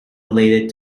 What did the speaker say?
related